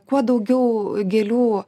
kuo daugiau gėlių